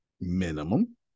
minimum